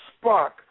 spark